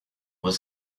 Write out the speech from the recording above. was